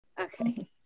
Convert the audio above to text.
okay